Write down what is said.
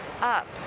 up